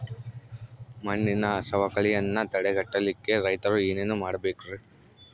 ಮಣ್ಣಿನ ಸವಕಳಿಯನ್ನ ತಡೆಗಟ್ಟಲಿಕ್ಕೆ ರೈತರು ಏನೇನು ಮಾಡಬೇಕರಿ?